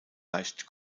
leicht